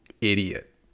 idiot